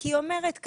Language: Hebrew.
כי היא אומרת ככה,